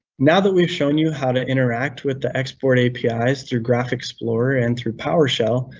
now that we've shown you how to interact with the export api's through graph explorer, and through powershell,